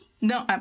No